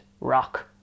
rock